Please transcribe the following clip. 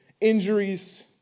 injuries